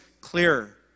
clearer